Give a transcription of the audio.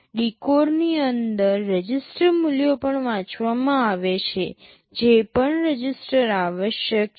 ડીકોડની અંદર રજિસ્ટર મૂલ્યો પણ વાંચવામાં આવે છે જે પણ રજિસ્ટર આવશ્યક છે